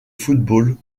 football